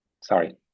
Sorry